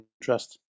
interest